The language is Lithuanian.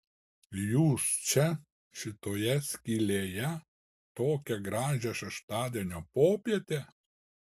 jūs čia šitoje skylėje tokią gražią šeštadienio popietę